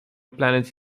planets